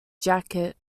jacket